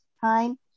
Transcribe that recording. time